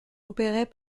opérés